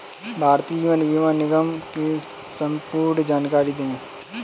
भारतीय जीवन बीमा निगम की संपूर्ण जानकारी दें?